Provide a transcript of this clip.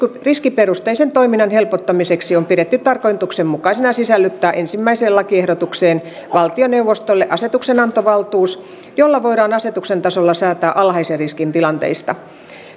riskiperusteisen toiminnan helpottamiseksi on pidetty tarkoituksenmukaisena sisällyttää ensimmäiseen lakiehdotukseen valtioneuvostolle asetuksenantovaltuus jolla voidaan asetuksen tasolla säätää alhaisen riskin tilanteista